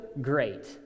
great